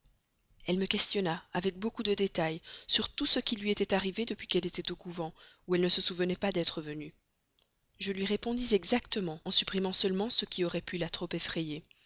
elle me questionna avec beaucoup de détail sur tout ce qui lui était arrivé depuis qu'elle était au couvent où elle ne se souvenait pas d'être venue je lui répondis exactement en supprimant seulement ce qui aurait pu la trop effrayer